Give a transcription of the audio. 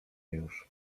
już